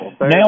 Now